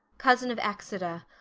cousin of exeter,